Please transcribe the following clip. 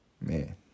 Man